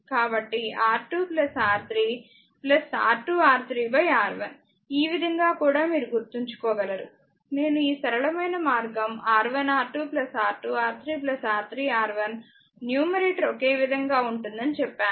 కాబట్టి R2R3 R2R3R 1 ఈ విధంగా కూడా మీరు గుర్తుంచుకోగలరు నేను ఈ సరళమైన మార్గం R1R2 R2R3 R3R1 న్యూమరేటర్ ఒకే విధంగా ఉంటుందని చెప్పాను